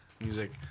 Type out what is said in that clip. Music